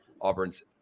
Auburn's